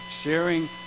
sharing